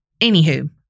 anywho